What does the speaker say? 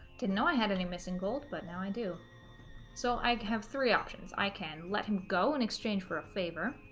didn't know i had any missing gold but now i do so i have three options i can let him go in exchange for a favor